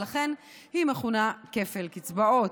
ולכן היא מכונה כפל קצבאות.